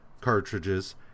cartridges